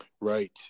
Right